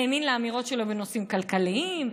האמין לאמירות שלו בנושאים כלכליים,